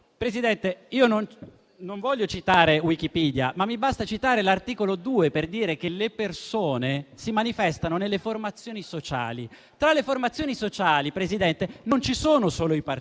Presidente, non voglio citare Wikipedia, ma mi basta citare l'articolo 2 per dire che le persone si manifestano nelle «formazioni sociali». Tra le formazioni sociali, signor Presidente, non ci sono solo i partiti.